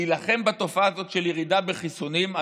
להילחם בתופעה הזאת של ירידה בחיסונים,